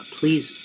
please